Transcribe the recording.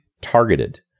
targeted